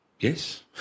Yes